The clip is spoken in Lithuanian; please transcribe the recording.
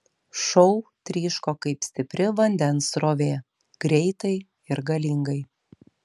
šou tryško kaip stipri vandens srovė greitai ir galingai